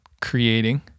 creating